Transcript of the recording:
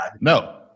No